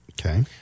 Okay